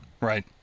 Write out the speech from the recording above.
Right